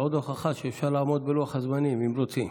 עוד הוכחה שאפשר לעמוד בלוח הזמנים אם רוצים.